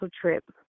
trip